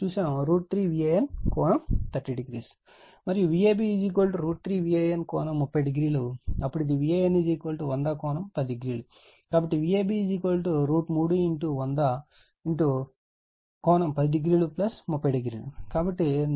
మరియు Vab √ 3 Van ∠30o అప్పుడు ఇది Van 100 కోణం 10o కాబట్టి Vab √ 3 100 ∠10030o కాబట్టి 173